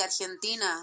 Argentina